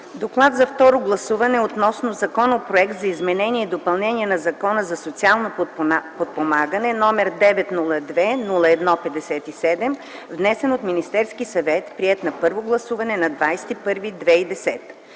„Доклад за второ гласуване относно Законопроект за изменение и допълнение на Закона за социално подпомагане, № 902-01-57, внесен от Министерския съвет, приет на първо гласуване на 20